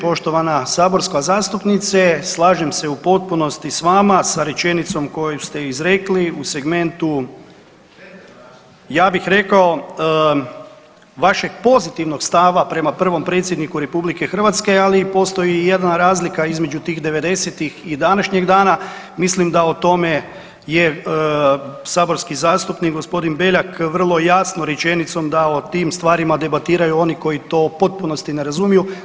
Poštovana saborska zastupnice, slažem se u potpunosti s vama sa rečenicom koju ste izrekli u segmentu ja bih rekao vašeg pozitivnog stava prema prvom predsjedniku RH, ali postoji i jedna razlika između tih '90.-tih i današnjeg dana, mislim da o tome je saborski zastupnik gospodin Beljak vrlo jasno rečenicom da o tim stvarima debatiraju oni koji to u potpunosti ne razumiju.